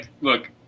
Look